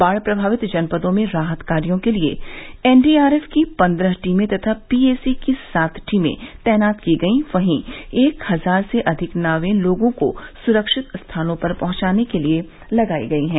बाढ़ प्रभावित जनपदों में राहत कार्यो के लिए एनडीआरएफ की पन्द्रह टीमें तथा पीएसी की सात टीमें तैनात की गयी वहीं एक हजार से अधिक नावें लोगों को सुरक्षित स्थानों पर पहंचाने के लिए लगायी गयी है